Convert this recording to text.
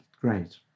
great